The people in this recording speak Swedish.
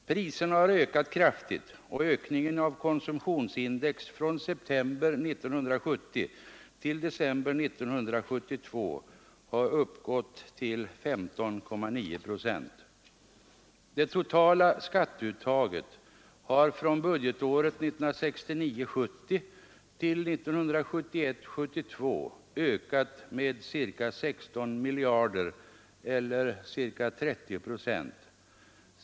Priserna har ökat kraftigt, och ökningen av konsumtionsindex från september 1970 till december 1972 har uppgått till 15,9 procent. Det totala skatteuttaget har från budgetåret 1969 72 ökat med ca 16 miljarder kronor eller ca 30 procent.